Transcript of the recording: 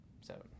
Seven